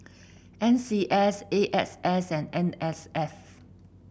N C S A S S and N S F